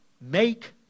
make